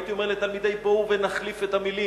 הייתי אומר לתלמידי: בואו ונחליף את המלים,